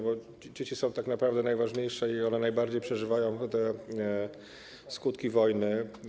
Bo dzieci są tak naprawdę najważniejsze i one najbardziej przeżywają skutki wojny.